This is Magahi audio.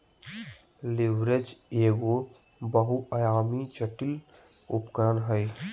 लीवरेज एगो बहुआयामी, जटिल उपकरण हय